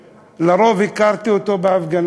הכרתי את אוסאמה, על-פי רוב הכרתי אותו בהפגנות.